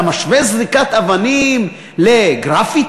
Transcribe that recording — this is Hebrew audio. אתה משווה זריקת אבנים לגרפיטי?